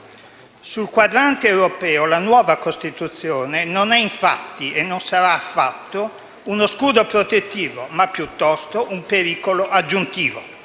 Sul quadrante europeo la nuova Costituzione non è, infatti, e non sarà affatto, uno scudo protettivo, ma piuttosto un pericolo aggiuntivo.